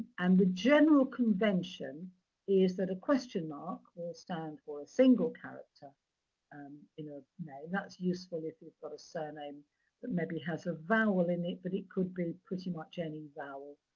and the general convention is that a question mark will stand for a single character um in a name. that's useful if you've got a surname that maybe has a vowel in it, but it could be pretty much any vowel.